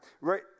right